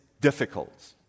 difficult